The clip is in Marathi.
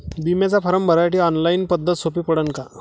बिम्याचा फारम भरासाठी ऑनलाईन पद्धत सोपी पडन का?